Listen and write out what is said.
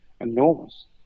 enormous